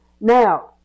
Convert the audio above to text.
Now